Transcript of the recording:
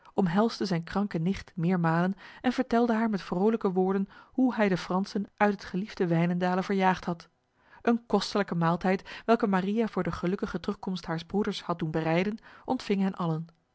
omhelsde zijn kranke nicht meermalen en vertelde haar met vrolijke woorden hoe hij de fransen uit het geliefde wijnendale verjaagd had een kostelijke maaltijd welke maria voor de gelukkige terugkomst haars broeders had doen bereiden ontving hen allen